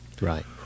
Right